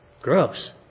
Gross